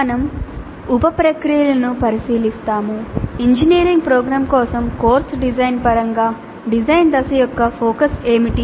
మేము ఉప ప్రక్రియలను పరిశీలిస్తాము ఇంజనీరింగ్ ప్రోగ్రామ్ కోసం కోర్సు డిజైన్ పరంగా డిజైన్ దశ యొక్క focus ఏమిటి